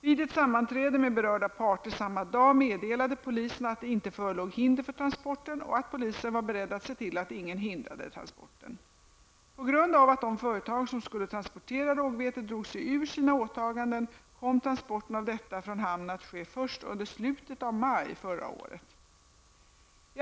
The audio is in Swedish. Vid ett sammanträde med berörda parter samma dag meddelade polisen att det inte förelåg hinder för transporten och att polisen var beredd att se till att ingen hindrade transporten. På grund av att de företag som skulle transportera rågvetet drog sig ur sina åtaganden kom transporten av detta från hamnen att ske först under slutet av maj förra året.